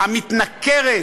המתנכרת,